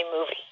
movie